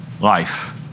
life